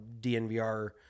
dnvr